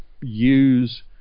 use